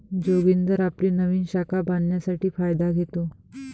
जोगिंदर आपली नवीन शाखा बांधण्यासाठी फायदा घेतो